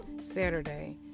Saturday